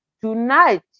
Tonight